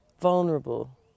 vulnerable